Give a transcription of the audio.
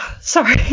sorry